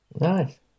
Nice